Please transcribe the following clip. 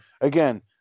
again